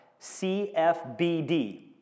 CFBD